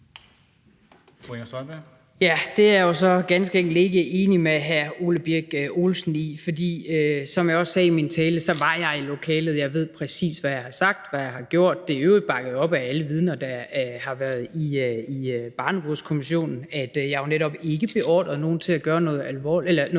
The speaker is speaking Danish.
Det er jeg jo så ganske enkelt ikke enig med hr. Ole Birk Olesen i. For som jeg også sagde i min tale, så var jeg i lokalet, og jeg ved, præcis hvad jeg har sagt og hvad jeg har gjort. Det er i øvrigt bakket op af alle vidner, der har været i barnebrudekommissionen, at jeg jo netop ikke beordrede nogen til at gøre noget ulovligt.